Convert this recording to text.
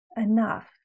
enough